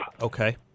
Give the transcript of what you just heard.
Okay